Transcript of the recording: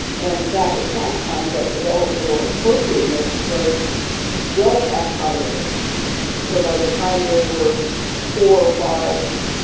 and back at that time, that developmental appropriateness was well past toddlerhood so by the time they were four or five,